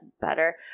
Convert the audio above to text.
better